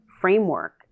framework